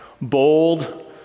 Bold